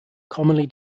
commonly